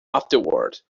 afterward